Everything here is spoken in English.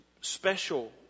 special